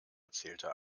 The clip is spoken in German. erzählte